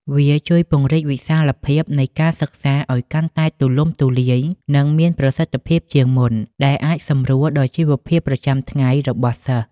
វាជួយពង្រីកវិសាលភាពនៃការសិក្សាឱ្យកាន់តែទូលំទូលាយនិងមានប្រសិទ្ធភាពជាងមុន ដែលអាចសម្រួលដល់ជីវភាពប្រចាំថ្ងៃរបស់សិស្ស។